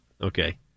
Okay